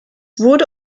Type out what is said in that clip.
wurde